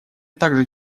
также